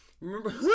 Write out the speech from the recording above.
Remember